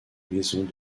maisons